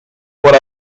what